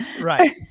Right